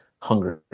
hungry